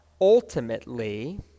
ultimately